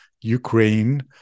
Ukraine